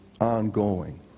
ongoing